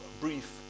brief